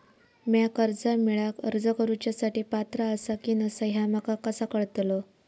म्या कर्जा मेळाक अर्ज करुच्या साठी पात्र आसा की नसा ह्या माका कसा कळतल?